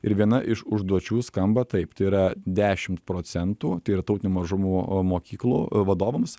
ir viena iš užduočių skamba taip tai yra dešimt procentų tai yra tautinių mažumų mokyklų vadovams